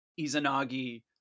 izanagi